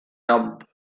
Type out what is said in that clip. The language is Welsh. lob